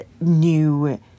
new